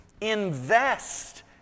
Invest